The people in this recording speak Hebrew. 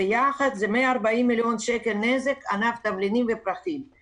ביחד זה נזק של 140 מיליון שקל לענף התבלינים ולענף הפרחים.